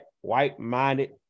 white-minded